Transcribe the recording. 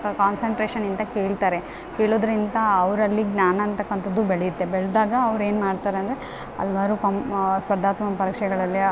ಕ ಕಾನ್ಸನ್ಟ್ರೇಷನಿಂದ ಕೇಳ್ತಾರೆ ಕೇಳೋದರಿಂದ ಅವರಲ್ಲಿ ಜ್ಞಾನ ಅನ್ತಕ್ಕಂಥದ್ದು ಬೆಳೆಯುತ್ತೆ ಬೆಳೆದಾಗ ಅವ್ರು ಏನು ಮಾಡ್ತಾರೆ ಅಂದರೆ ಹಲ್ವಾರು ಕೊಮ್ ಸ್ಪರ್ಧಾತ್ಮಕ ಪರೀಕ್ಷೆಗಳಲ್ಲಿ